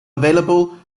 available